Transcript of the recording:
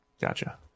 Gotcha